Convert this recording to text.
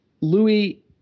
Louis